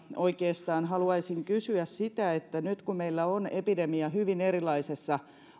oikeastaan haluaisin kysyä nyt kun meillä on epidemia hyvin erilaisessa